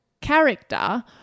character